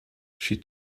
she